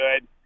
good